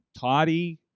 Toddy